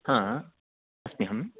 हा अस्मि अहम्